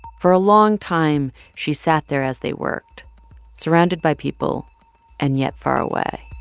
for a long time, she sat there as they worked surrounded by people and yet far away